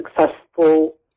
successful